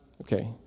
Okay